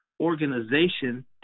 organization